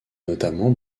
notamment